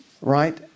Right